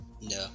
No